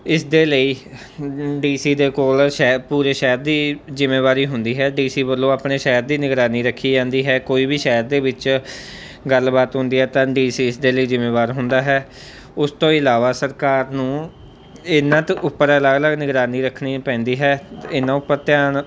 ਇਸਦੇ ਲਈ D C ਦੇ ਕੋਲ ਸ਼ਹਿਰ ਪੂਰੇ ਸ਼ਹਿਰ ਦੀ ਜ਼ਿੰਮੇਵਾਰੀ ਹੁੰਦੀ ਹੈ ਡੀ ਸੀ ਵੱਲੋਂ ਆਪਣੇ ਸ਼ਹਿਰ ਦੀ ਨਿਗਰਾਨੀ ਰੱਖੀ ਜਾਂਦੀ ਹੈ ਕੋਈ ਵੀ ਸ਼ਹਿਰ ਦੇ ਵਿੱਚ ਗੱਲਬਾਤ ਹੁੰਦੀ ਹੈ ਤਾਂ ਡੀ ਸੀ ਇਸਦੇ ਲਈ ਜ਼ਿੰਮੇਵਾਰ ਹੁੰਦਾ ਹੈ ਉਸ ਤੋਂ ਇਲਾਵਾ ਸਰਕਾਰ ਨੂੰ ਇਹਨਾਂ ਤੋਂ ਉੱਪਰ ਅਲੱਗ ਅਲੱਗ ਨਿਗਰਾਨੀ ਰੱਖਣੀ ਪੈਂਦੀ ਹੈ ਇਹਨਾਂ ਉੱਪਰ ਧਿਆਨ